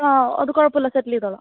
ആ അതു കുഴപ്പമില്ല സെറ്റിലെയ്തോളാം